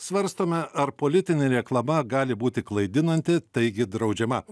svarstome ar politinė reklama gali būti klaidinanti taigi draudžiama